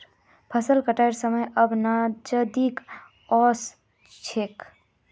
फसल कटाइर समय अब नजदीक ओस छोक